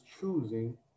choosing